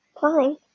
fine